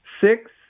Six